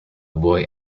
boy